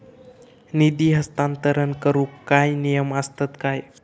निधी हस्तांतरण करूक काय नियम असतत काय?